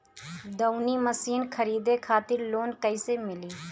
दऊनी मशीन खरीदे खातिर लोन कइसे मिली?